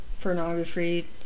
pornography